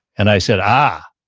and i said ah,